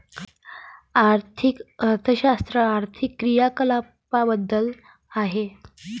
आर्थिक अर्थशास्त्र आर्थिक क्रियाकलापांबद्दल आहे